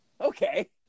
okay